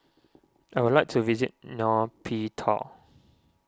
I would like to visit Nay Pyi Taw